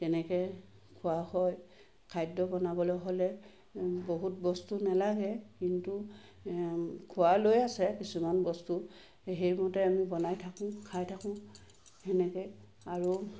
তেনেকৈ খোৱা হয় খাদ্য বনাবলৈ হ'লে বহুত বস্তু নেলাগে কিন্তু খোৱা লৈ আছে কিছুমান বস্তু সেইমতে আমি বনাই থাকোঁ খাই থাকোঁ সেনেকৈ আৰু